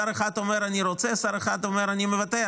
שר אחד אומר: אני רוצה, שר אחד אומר: אני מוותר.